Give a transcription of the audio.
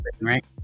right